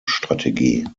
strategie